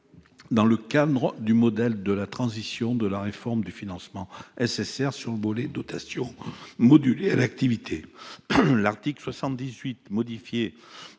dans le cadre du modèle de la transition de la réforme du financement SSR sur le volet « Dotation modulée à l'activité ». L'article 78 modifié